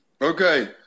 Okay